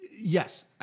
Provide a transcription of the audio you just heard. yes